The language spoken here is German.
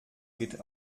geht